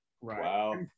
Wow